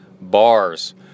Bars